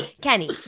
kenny